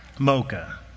mocha